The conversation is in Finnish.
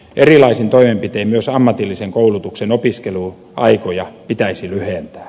erilaisin toimenpitein myös ammatillisen koulutuksen opiskeluaikoja pitäisi lyhentää